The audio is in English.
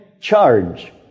charge